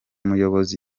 muyobozi